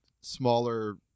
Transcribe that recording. smaller